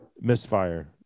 misfire